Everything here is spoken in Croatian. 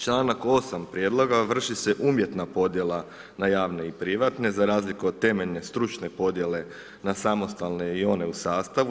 Članak 8. prijedloga vrši se umjetna podjela na javne i privatne za razliku od temeljne, stručne podjele na samostalne i one u sastavu.